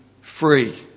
free